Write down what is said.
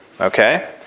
Okay